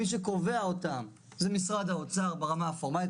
מי שקובע אותן זה משרד האוצר ברמה הפורמלית,